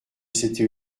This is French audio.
c’était